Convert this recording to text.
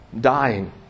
dying